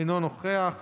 אינו נוכח,